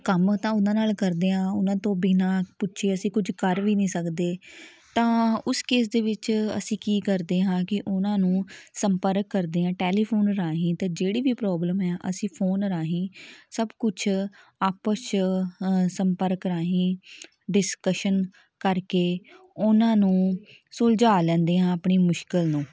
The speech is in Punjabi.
ਕੰਮ ਤਾਂ ਉਹਨਾਂ ਨਾਲ ਕਰਦੇ ਹਾਂ ਉਹਨਾਂ ਤੋਂ ਬਿਨਾਂ ਪੁੱਛੇ ਅਸੀਂ ਕੁਝ ਕਰ ਵੀ ਨਹੀਂ ਸਕਦੇ ਤਾਂ ਉਸ ਕੇਸ ਦੇ ਵਿੱਚ ਅਸੀਂ ਕੀ ਕਰਦੇ ਹਾਂ ਕਿ ਉਹਨਾਂ ਨੂੰ ਸੰਪਰਕ ਕਰਦੇ ਹਾਂ ਟੈਲੀਫੋਨ ਰਾਹੀਂ ਅਤੇ ਜਿਹੜੀ ਵੀ ਪ੍ਰੋਬਲਮ ਹੈ ਅਸੀਂ ਫੋਨ ਰਾਹੀਂ ਸਭ ਕੁਛ ਆਪਸ 'ਚ ਸੰਪਰਕ ਰਾਹੀਂ ਡਿਸਕਸ਼ਨ ਕਰਕੇ ਉਹਨਾਂ ਨੂੰ ਸੁਲਝਾ ਲੈਂਦੇ ਹਾਂ ਆਪਣੀ ਮੁਸ਼ਕਲ ਨੂੰ